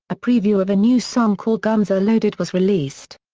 a preview of a new song called guns are loaded was released.